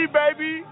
baby